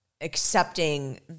accepting